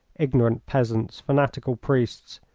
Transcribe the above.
ignorant peasants, fanatical priests,